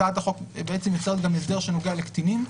הצעת החוק יוצרת גם הסדר שנוגע לקטינים,